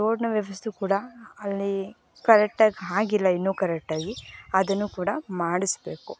ರೋಡಿನ ವ್ಯವಸ್ಥೆ ಕೂಡ ಅಲ್ಲಿ ಕರೆಟ್ಟಾಗಿ ಆಗಿಲ್ಲ ಇನ್ನೂ ಕರೆಟ್ಟಾಗಿ ಅದನ್ನು ಕೂಡ ಮಾಡಿಸಬೇಕು